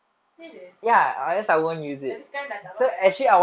serious tapi sekarang dah tak ah